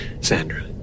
Sandra